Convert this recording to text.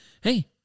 hey